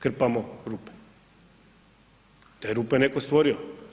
Krpamo rupe, te je rupe neko stvorio.